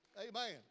Amen